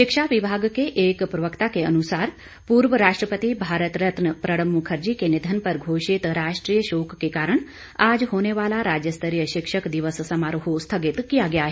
शिक्षा विभाग के एक प्रवक्ता के अनुसार पूर्व राष्ट्रपति भारत रत्न प्रणब मुखर्जी के निधन पर घोषित राष्ट्रीय शोक के कारण आज होने वाला राज्य स्तरीय शिक्षक दिवस समारोह स्थगित किया गया है